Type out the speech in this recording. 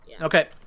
Okay